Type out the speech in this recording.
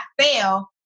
fail